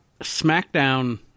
SmackDown